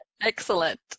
excellent